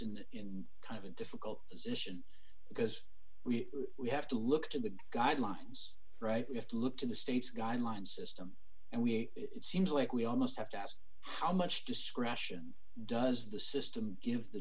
us in kind of a difficult position because we we have to look to the guidelines right we have to look to the states guidelines system and we it seems like we almost have to ask how much discretion does the system give the